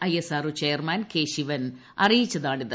ISRO chairman K Sivan അറിയിച്ചതാണിത്